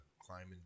climbing